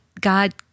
God